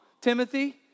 Timothy